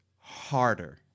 harder